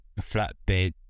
flatbed